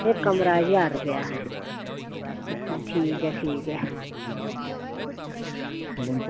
ते कमरा ज्हार रपेआ अच्छा अच्छा ठीक ऐ ठीक ऐ